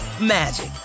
magic